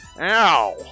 ow